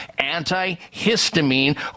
antihistamine